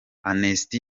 amnesty